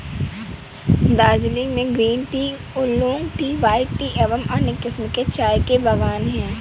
दार्जिलिंग में green tea, oolong tea, white tea एवं अन्य किस्म के चाय के बागान हैं